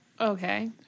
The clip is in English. Okay